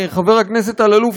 חבר הכנסת אלאלוף,